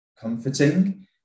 comforting